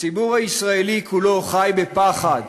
הציבור הישראלי כולו חי בפחד.